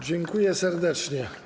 Dziękuję serdecznie.